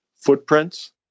Footprints